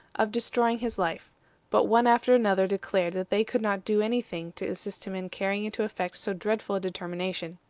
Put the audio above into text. of destroying his life but one after another declared that they could not do any thing to assist him in carrying into effect so dreadful a determination.